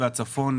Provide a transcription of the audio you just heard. והצפון,